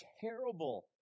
terrible